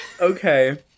Okay